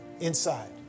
inside